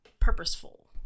purposeful